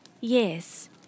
Yes